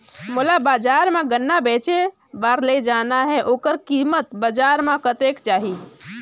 मोला बजार मां गन्ना बेचे बार ले जाना हे ओकर कीमत बजार मां कतेक जाही?